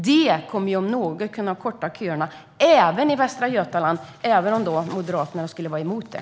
Detta kommer om något att kunna korta köerna även i Västra Götaland, även om Moderaterna skulle vara emot det.